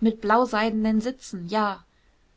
mit blauseidenen sitzen ja